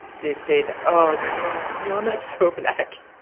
they said, oh, come on, you're not so black.